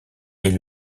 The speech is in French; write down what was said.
est